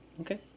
Okay